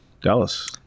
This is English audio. Dallas